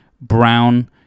Brown